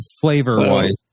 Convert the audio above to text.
Flavor-wise